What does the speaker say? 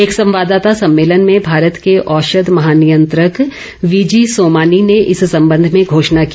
एक संवाददाता सम्मेलन में भारत के औषध महानियंत्रक वी जी सोमानी ने इस संबंध में घोषणा की